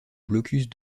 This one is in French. blocus